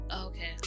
Okay